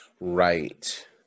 Right